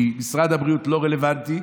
כי משרד הבריאות לא רלוונטי,